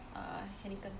err Heineken